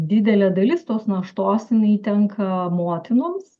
didelė dalis tos naštos jinai tenka motinoms